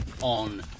on